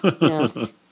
Yes